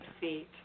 feet